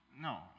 No